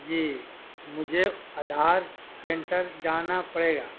جی مجھے آدھار سینٹر جانا پڑے گا